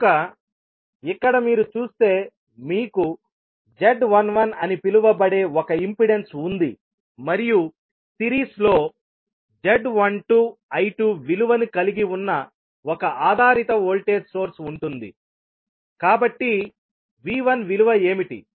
కనుక ఇక్కడ మీరు చూస్తే మీకు z11 అని పిలువబడే ఒక ఇంపెడెన్స్ ఉంది మరియు సిరీస్లో z12 I2 విలువను కలిగి ఉన్న ఒక ఆధారిత వోల్టేజ్ సోర్స్ ఉంటుందికాబట్టి V1 విలువ ఏమిటి